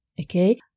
Okay